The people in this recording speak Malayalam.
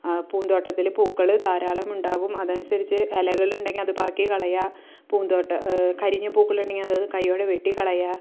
പൂന്തോട്ടത്തില് പൂക്കള് ധാരാളം ഉണ്ടാവും അതനുസരിച്ച് ഇലകള് ഉണ്ടെങ്കിൽ അത് പെറുക്കിക്കളയുക കരിഞ്ഞ പൂക്കളുണ്ടെങ്കില് അത് കയ്യോടെ വെട്ടിക്കളയുക